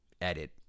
edit